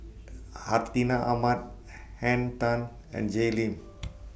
Hartinah Ahmad Henn Tan and Jay Lim